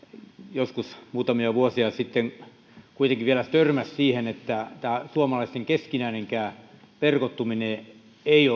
joskus muutamia vuosia sitten kuitenkin vielä törmäsi siihen että suomalaisten keskinäinenkään verkottuminen ei